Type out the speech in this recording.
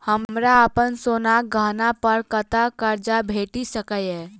हमरा अप्पन सोनाक गहना पड़ कतऽ करजा भेटि सकैये?